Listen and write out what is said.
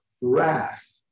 wrath